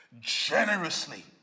Generously